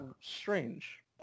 Strange